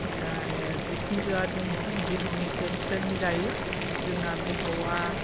दा आरो बिखुनजोआ दङ बिहावनि पेन्सन जायो जोंना बिहावा